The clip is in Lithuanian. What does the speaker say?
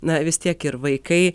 na vis tiek ir vaikai